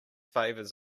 favours